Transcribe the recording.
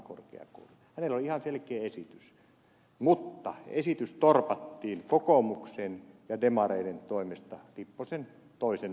hänellä oli ihan selkeä esitys mutta esitys torpattiin kokoomuksen ja demareiden toimesta lipposen toisen hallituksen aikana